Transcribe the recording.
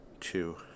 Two